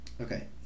Okay